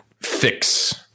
fix